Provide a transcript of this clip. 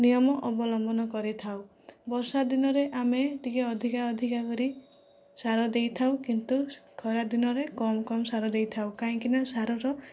ନିୟମ ଅବଲମ୍ବନ କରିଥାଉ ବର୍ଷା ଦିନରେ ଆମେ ଟିକେ ଅଧିକା ଅଧିକା କରି ସାର ଦେଇଥାଉ କିନ୍ତୁ ଖରା ଦିନରେ କମ କମ ସାର ଦେଇଥାଉ କାହିଁକିନା ସାରର